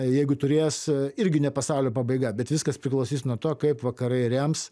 jeigu turės irgi ne pasaulio pabaiga bet viskas priklausys nuo to kaip vakarai rems